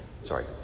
sorry